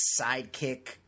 sidekick